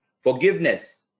forgiveness